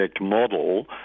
model –